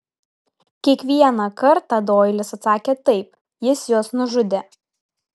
kiekvieną kartą doilis atsakė taip jis juos nužudė